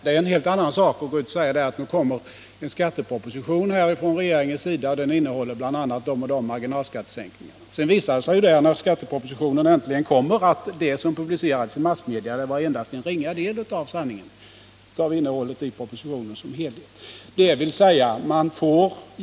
En helt annan är att säga: Det kommer en skatteproposition, och denna innehåller bl.a. förslag om vissa marginalskattesänkningar. Men sedan visar det sig, när skattepropositionen äntligen kommer, att det som publicerats via massmedia endast var en ringa del av det verkliga innehållet i propositionen som helhet.